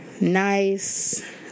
nice